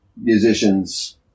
musicians